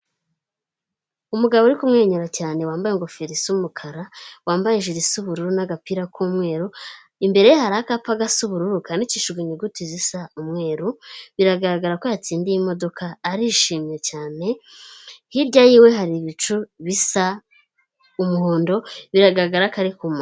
Umugabo uri kumwenyura cyane wambaye ingofero isa umukara wambaye jiri y'uburu n'agapira k'umweru, imbere hari akapa gasa ubururu kandicishajwe inyuguti zisa umweru, biragaragara ko yatsindiye imodoka arishimye cyane hirya y'iwe hari ibicu bisa umuhondo bigaragara ari ku mu.